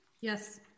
Yes